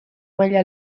maila